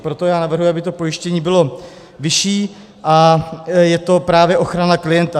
Proto já navrhuji, aby to pojištění bylo vyšší, a je to právě ochrana klienta.